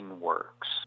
works